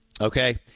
Okay